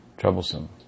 Troublesome